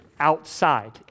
outside